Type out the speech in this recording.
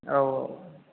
औ औ